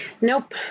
nope